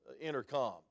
intercom